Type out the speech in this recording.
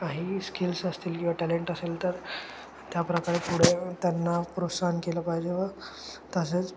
काही स्किल्स असतील किंवा टॅलेंट असेल तर त्याप्रकारे पुढे त्यांना प्रोत्साहन केलं पाहिजे व तसेच